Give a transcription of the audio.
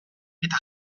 eta